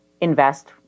invest